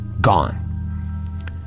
gone